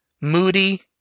moody